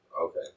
Okay